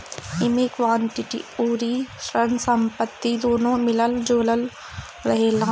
एमे इक्विटी अउरी ऋण संपत्ति दूनो मिलल जुलल रहेला